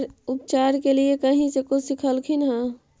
उपचार के लीये कहीं से कुछ सिखलखिन हा?